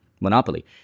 Monopoly